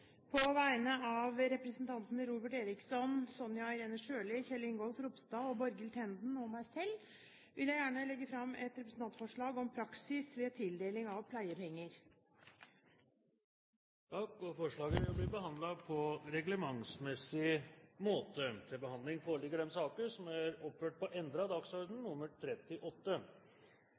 På vegne av representantene Robert Eriksson, Sonja Irene Sjøli, Kjell Ingolf Ropstad, Borghild Tenden og meg selv vil jeg gjerne legge fram et representantforslag om praksis ved tildeling av pleiepenger. Forslaget vil bli behandlet på reglementsmessig måte. Før sakene på dagens kart tas opp til behandling, vil presidenten foreslå at formiddagsmøtet om nødvendig fortsetter utover den